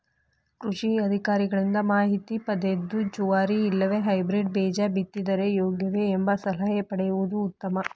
ಕೃಷಿ ಅಧಿಕಾರಿಗಳಿಂದ ಮಾಹಿತಿ ಪದೆದು ಜವಾರಿ ಇಲ್ಲವೆ ಹೈಬ್ರೇಡ್ ಬೇಜ ಬಿತ್ತಿದರೆ ಯೋಗ್ಯವೆ? ಎಂಬ ಸಲಹೆ ಪಡೆಯುವುದು ಉತ್ತಮ